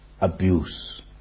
abuse